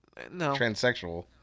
Transsexual